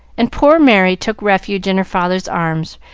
and poor merry took refuge in her father's arms,